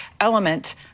element